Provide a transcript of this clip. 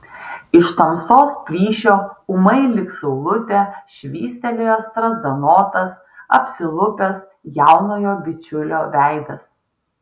iš tamsos plyšio ūmai lyg saulutė švystelėjo strazdanotas apsilupęs jaunojo bičiulio veidas